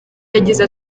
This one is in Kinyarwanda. yagize